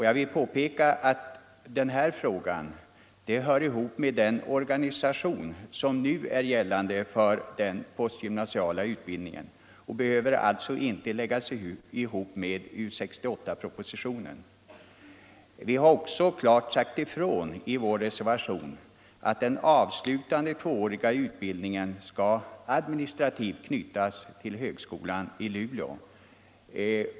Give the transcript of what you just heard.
Jag vill påpeka att den här frågan hör ihop med den organisation som nu är gällande för den postgymnasiala utbildningen och behöver alltså inte behandlas tillsammans med U 68-propositionen. Vi har också klart sagt ifrån i vår motion att den avslutande tvååriga utbildningen skall administrativt knytas till högskolan i Luleå.